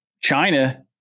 China